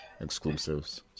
exclusives